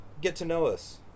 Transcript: get-to-know-us